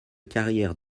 carrière